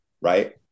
Right